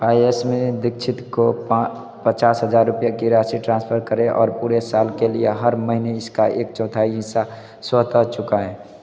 पायस्विनी दीक्षित को पचास हजार रुपये की राशि ट्रांसफ़र करें और पूरे साल के लिए हर महीने इसका एक चौथाई हिस्सा स्वतः चुकाएं